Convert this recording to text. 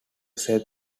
seth